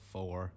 Four